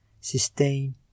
sustain